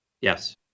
Yes